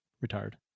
retired